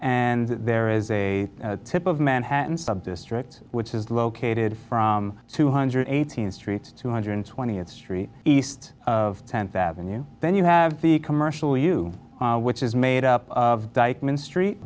and there is a tip of manhattan subdistrict which is located from two hundred eighteen street two hundred twentieth street east of tenth avenue then you have the commercial you which is made up of dykeman street